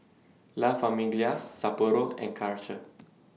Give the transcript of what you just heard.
La Famiglia Sapporo and Karcher